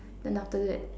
then after that